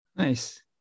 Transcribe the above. Nice